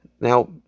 Now